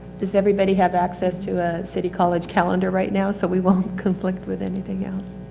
does everybody have access to a city college calendar right now so we won't conflict with anything else?